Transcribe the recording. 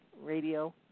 radio